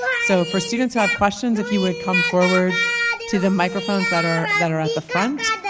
so for students who have questions, if you would come forward to the microphones that are that are at the front,